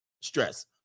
Stress